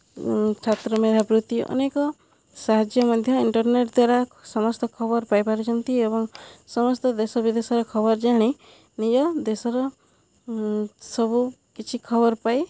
ଛାତ୍ର ମେଧାବୃତ୍ତି ଅନେକ ସାହାଯ୍ୟ ମଧ୍ୟ ଇଣ୍ଟର୍ନେଟ୍ ଦ୍ୱାରା ସମସ୍ତ ଖବର ପାଇପାରିଛନ୍ତି ଏବଂ ସମସ୍ତ ଦେଶ ବିଦେଶରେ ଖବର ଜାଣି ନିଜ ଦେଶର ସବୁ କିଛି ଖବର ପାଇ